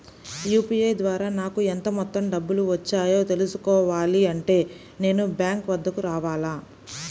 UPI ద్వారా నాకు ఎంత మొత్తం డబ్బులు వచ్చాయో తెలుసుకోవాలి అంటే నేను బ్యాంక్ వద్దకు రావాలా?